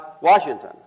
Washington